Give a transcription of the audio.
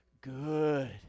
good